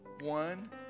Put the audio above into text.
one